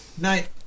night